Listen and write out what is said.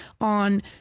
on